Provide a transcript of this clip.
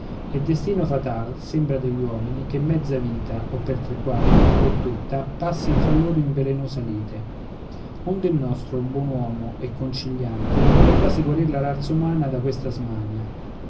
e destino fatal sembra degli uomini che mezza vita o per tre quarti o tutta passin fra loro in velenosa lite onde il nostro buon uomo e conciliante volle quasi guarir la razza umana da questa smania